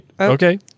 okay